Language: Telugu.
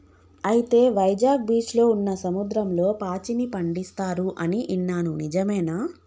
అయితే వైజాగ్ బీచ్లో ఉన్న సముద్రంలో పాచిని పండిస్తారు అని ఇన్నాను నిజమేనా